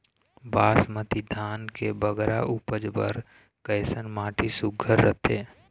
बासमती धान के बगरा उपज बर कैसन माटी सुघ्घर रथे?